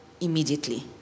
immediately